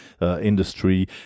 industry